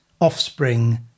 offspring